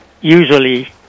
usually